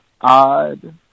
odd